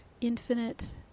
infinite